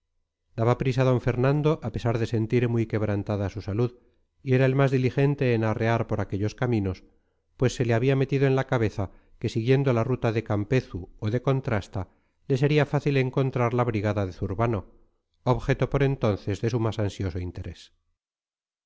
daba prisa d fernando a pesar de sentir muy quebrantada su salud y era el más diligente en arrear por aquellos caminos pues se le había metido en la cabeza que siguiendo la ruta de campezu o de contrasta le sería fácil encontrar la brigada de zurbano objeto por entonces de su más ansioso interés